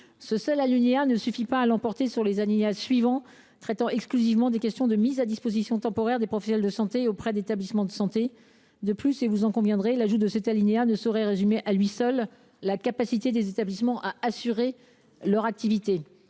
». Ce titre ne l’emporte pas sur les alinéas suivants, qui traitent exclusivement des questions de mise à disposition temporaire des professionnels de santé auprès des établissements de santé. De plus, et vous en conviendrez, ce titre ne saurait résumer à lui seul la capacité des établissements à assurer leur activité.